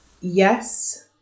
yes